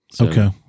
Okay